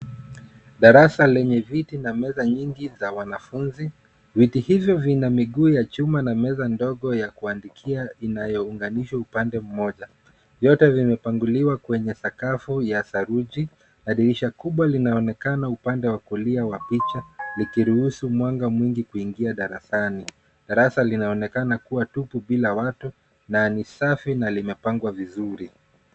Darasa lenye viti na meza nyingi za wanafunzi. Viti hivyo vina miguu ya chuma na meza ndogo ya kuandikia inayounganishwa upande mmoja. Vyote vimepangiliwa kwenye sakafu ya saruji na dirisha kubwa linaonekana ,upande wa kulia wa picha, likiruhusu mwanga mwingi kuingia darasani. Darasa linaonekana kuwa tupu bila watu na ni safi na limepangwa vizuri.